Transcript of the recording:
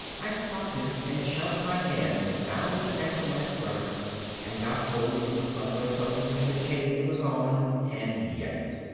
i stopped him and shoved my hand down the neck of my sweater and got hold of the subway token and the chain it was on and yanked.